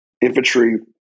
Infantry